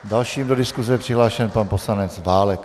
Další do diskuse je přihlášen pan poslanec Válek.